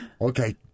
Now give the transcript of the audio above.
Okay